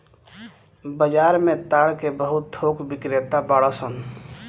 बाजार में ताड़ के बहुत थोक बिक्रेता बाड़न सन